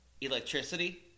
electricity